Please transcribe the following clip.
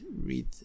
read